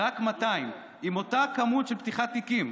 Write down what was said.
רק 200, וזה עם אותו מספר של פתיחת תיקים.